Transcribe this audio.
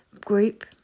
group